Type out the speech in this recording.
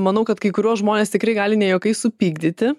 manau kad kai kuriuos žmones tikrai gali ne juokais supykdyti